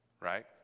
right